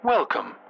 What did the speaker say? Welcome